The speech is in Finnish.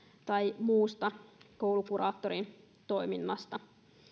tai muusta koulukuraattorin toiminnasta